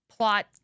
Plot